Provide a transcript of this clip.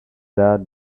that